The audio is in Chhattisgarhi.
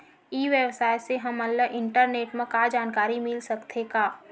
ई व्यवसाय से हमन ला इंटरनेट मा जानकारी मिल सकथे का?